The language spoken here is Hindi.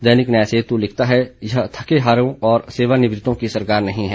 दैनिक न्याय सेतु लिखता है यह थके हारों और सेवानिवृतों की सरकार नहीं है